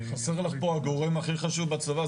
--- חסר לך פה הגורם הכי חשוב בצבא.